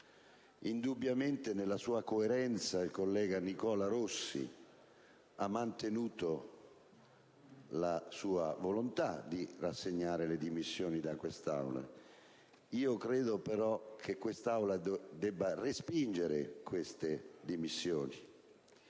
Indubbiamente, nella sua coerenza il collega Nicola Rossi ha mantenuto la sua volontà di rassegnare le dimissioni da quest'Aula. Io credo però che l'Aula debba respingere queste dimissioni,